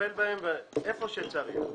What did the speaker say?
ולטפל בהן היכן שצריך.